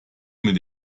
mit